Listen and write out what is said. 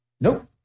Nope